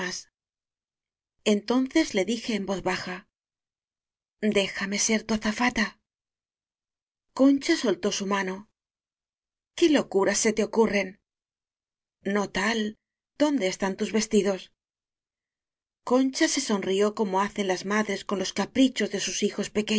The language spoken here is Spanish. entonces le dije en voz baja déjame ser tu azafata concha soltó su mano íft qué locuras se te ocurren no tal dónde están tus vestidos concha se sonrió como hacen las madres con los caprichos de sus hijos pequeños